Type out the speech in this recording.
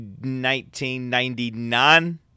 1999